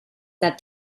that